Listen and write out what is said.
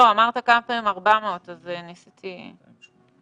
אמרת כמה פעמים 400 וניסיתי ---.